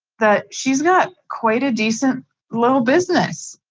that she's got quite a decent little business.